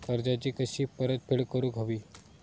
कर्जाची कशी परतफेड करूक हवी?